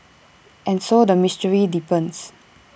and so the mystery deepens